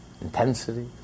intensity